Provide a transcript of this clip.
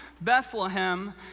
Bethlehem